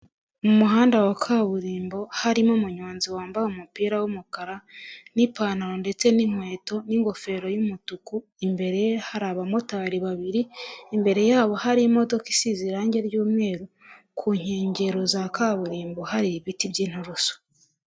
Mu muhanda wa kaburimbo harimo umunyonzi wambaye umupira w'umukara n'ipantaro ndetse n'inkweto n'ingofero y'umutuku, imbere ye hari abamotari babiri, imbere yabo hari imodoka isize irangi ry'umweru, ku nkengero za kaburimbo hari ibiti by'inturusu.